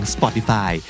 Spotify